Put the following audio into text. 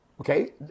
Okay